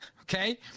okay